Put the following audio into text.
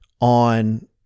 on